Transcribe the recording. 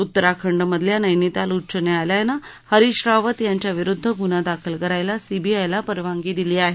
उत्तराखंड मधल्या नैनिताल उच्च न्यायालयानं हरीश रावत यांच्याविरुद्ध गुन्हा दाखल करायला सीबीआयला परवानगी दिली आहे